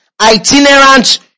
itinerant